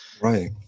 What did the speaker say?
Right